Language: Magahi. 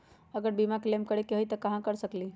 अगर बीमा क्लेम करे के होई त हम कहा कर सकेली?